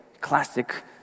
classic